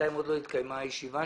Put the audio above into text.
וטרם התקיימה שם הישיבה.